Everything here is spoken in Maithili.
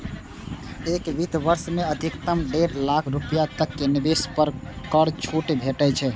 एक वित्त वर्ष मे अधिकतम डेढ़ लाख रुपैया तक के निवेश पर कर छूट भेटै छै